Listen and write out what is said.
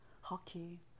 hockey